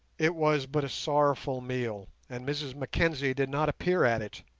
it was but a sorrowful meal, and mrs mackenzie did not appear at it.